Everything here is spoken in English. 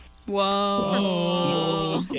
Whoa